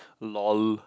lol